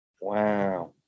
Wow